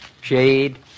Shade